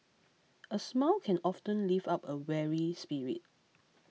a smile can often lift up a weary spirit